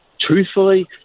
truthfully